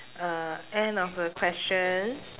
uh end of the questions